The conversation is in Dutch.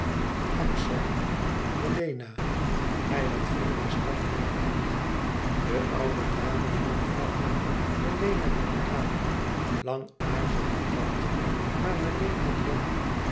axel melena hij had vera's tante herkend de oude dame vroeg verder melena drong aan lang aarzelde tante maar melena